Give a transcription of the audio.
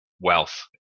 wealth